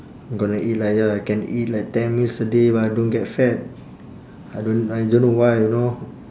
gonna eat like ya can eat like ten meals a day but I don't get fat I don't I don't know why you know